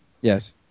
Yes